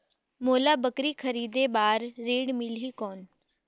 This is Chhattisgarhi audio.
मोला बकरी खरीदे बार ऋण मिलही कौन?